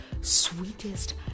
sweetest